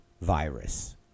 virus